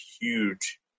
huge